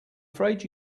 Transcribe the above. afraid